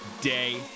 day